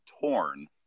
torn